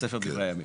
ספר דברי הימים.